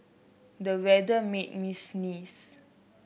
the weather made me sneeze